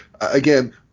again